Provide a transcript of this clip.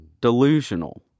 Delusional